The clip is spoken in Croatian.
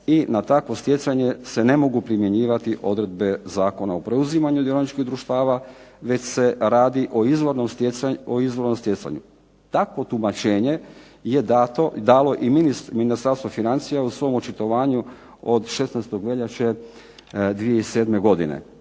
i na takvo stjecanje se ne mogu primjenjivati odredbe Zakona o preuzimanju dioničkih društava već se radi o izvornom stjecanju. Takvo tumačenje je dalo i Ministarstvo financija u svom očitovanju od 16. veljače 2007. godine